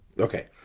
okay